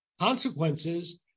consequences